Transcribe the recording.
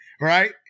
right